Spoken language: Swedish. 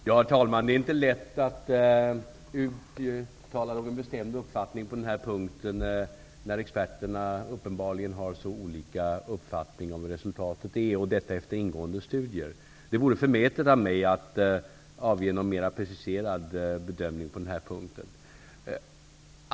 Herr talman! Det är inte lätt att uttala någon bestämd uppfattning på den här punkten när experterna -- efter ingående studier -- uppenbarligen har så olika uppfattningar om hur resultatet är. Det vore förmätet av mig att avge någon mera preciserad bedömning på den här punkten.